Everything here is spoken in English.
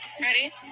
Ready